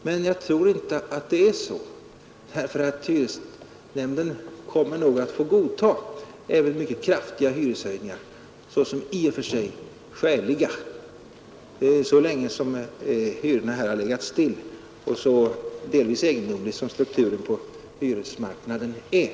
Men jag tror inte det är så, därför att hyresnämnden kommer nog i många fall att få godta även mycket kraftiga hyreshöjningar såsom i och för sig skäliga, så länge som hyrorna har legat stilla och så egendomlig som strukturen på hyresmarknaden delvis är.